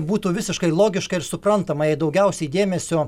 būtų visiškai logiška ir suprantama jei daugiausiai dėmesio